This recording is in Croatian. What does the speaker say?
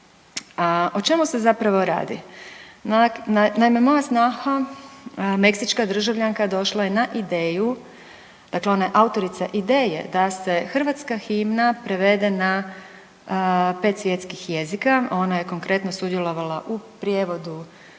O čemu se zapravo radi? Naime, moja snaha meksička državljanka došla je na ideju, dakle ona je autorica ideje da se hrvatska himna prevede na 5 svjetskih jezika. Ona je konkretno sudjelovala u prijevodu na